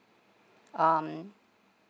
um